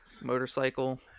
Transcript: Motorcycle